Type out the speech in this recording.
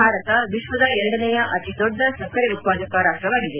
ಭಾರತ ವಿಶ್ವದ ಎರಡನೇಯ ಅತಿ ದೊಡ್ಡ ಸಕ್ಕರೆ ಉತ್ಪಾದಕ ರಾಷ್ಟವಾಗಿದೆ